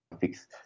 fix